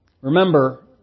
Remember